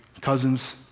cousins